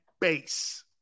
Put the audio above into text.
base